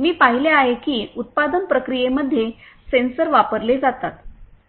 मी पाहिले आहे की उत्पादन प्रक्रियेमध्ये सेन्सर वापरले जातात